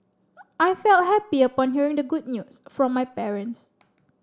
I felt happy upon hearing the good news from my parents